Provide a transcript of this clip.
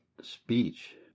speech